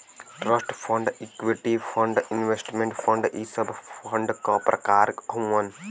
trust fund equity fund investment fund इ सब fund क प्रकार हउवन